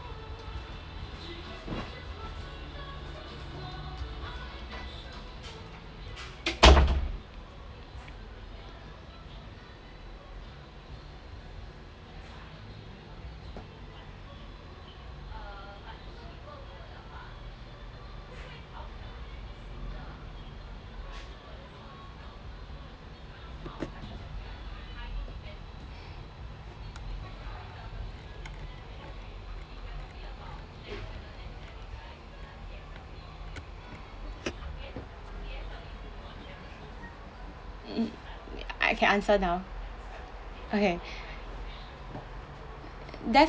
mm uh I can answer now okay that